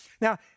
Now